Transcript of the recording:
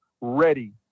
ready